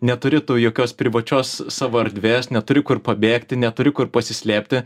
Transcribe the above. neturi tu jokios privačios savo erdvės neturi kur pabėgti neturi kur pasislėpti